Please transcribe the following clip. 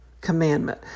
commandment